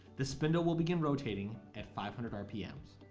the spindle will begin rotating at five hundred rpm's.